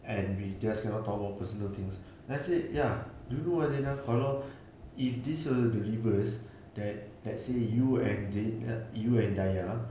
and we just cannot talk about personal things let's say ya do you know why zina kalau if this were the reverse that let's say you and zina you and dayah